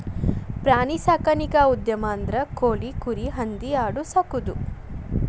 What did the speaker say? ಪ್ರಾಣಿ ಸಾಕಾಣಿಕಾ ಉದ್ಯಮ ಅಂದ್ರ ಕೋಳಿ, ಕುರಿ, ಹಂದಿ ಆಡು ಸಾಕುದು